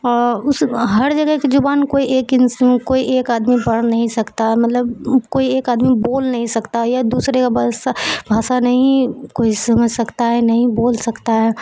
اس ہر جگہ کی زبان کوئی ایک انس کوئی ایک آدمی پڑھ نہیں سکتا ہے مطلب کوئی ایک آدمی بول نہیں سکتا یا دوسرے بھاشا نہیں کوئی سمجھ سکتا ہے نہیں بول سکتا ہے